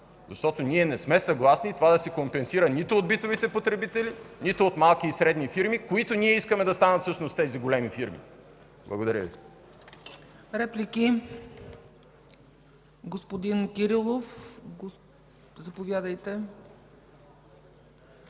защото ние не сме съгласни да се компенсира нито от битовите потребители, нито от малки и средни фирми, които всъщност искаме да станат големи фирми. Благодаря Ви.